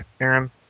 Aaron